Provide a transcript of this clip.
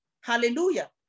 Hallelujah